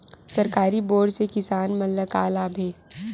सरकारी बोर से किसान मन ला का लाभ हे?